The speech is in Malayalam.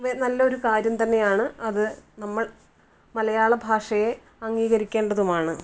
നല്ലൊരു കാര്യം തന്നെയാണ് അത് നമ്മൾ മലയാള ഭാഷയെ അംഗീകരിക്കേണ്ടതുമാണ്